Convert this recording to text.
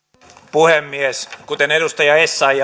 puhemies kuten edustaja essayah